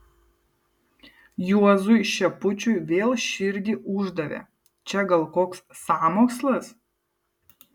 juozui šepučiui vėl širdį uždavė čia gal koks sąmokslas